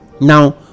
Now